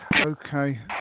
Okay